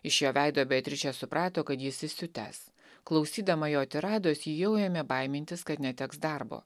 iš jo veido beatričė suprato kad jis įsiutęs klausydama jo tirados ji jau ėmė baimintis kad neteks darbo